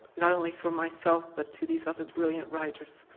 not only for myself but to these other brilliant writers.